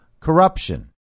corruption